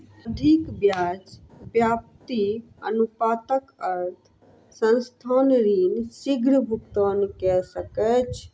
अधिक ब्याज व्याप्ति अनुपातक अर्थ संस्थान ऋण शीग्र भुगतान कय सकैछ